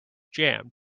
jammed